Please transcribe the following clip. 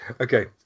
Okay